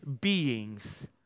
beings